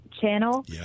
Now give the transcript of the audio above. Channel